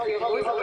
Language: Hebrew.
אמנם